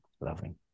loving